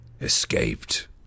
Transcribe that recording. Escaped